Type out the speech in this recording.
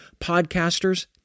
podcasters